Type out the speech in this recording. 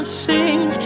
sing